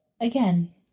again